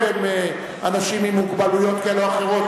הם אנשים עם מוגבלויות כאלה ואחרות,